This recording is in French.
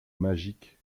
magique